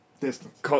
Distance